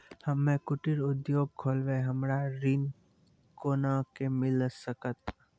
हम्मे कुटीर उद्योग खोलबै हमरा ऋण कोना के मिल सकत?